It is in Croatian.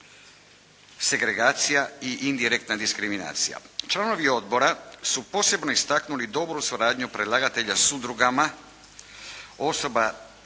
segregacija i indirektna diskriminacija. Članovi odbora su posebno istaknuli dobru suradnju predlagatelja s udrugama osoba